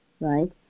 Right